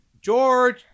George